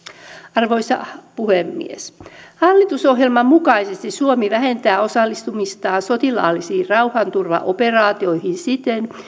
arvoisa puhemies hallitusohjelman mukaisesti suomi vähentää osallistumistaan sotilaallisiin rauhanturvaoperaatioihin siten